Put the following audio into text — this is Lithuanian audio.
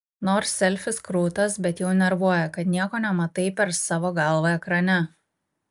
nors selfis krūtas bet jau nervuoja kad nieko nematai per savo galvą ekrane